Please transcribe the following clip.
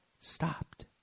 stopped